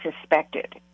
suspected